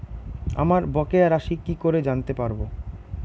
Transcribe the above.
আমার বকেয়া রাশি কি করে জানতে পারবো?